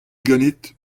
ganit